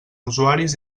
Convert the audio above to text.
usuaris